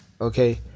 Okay